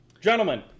Gentlemen